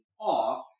off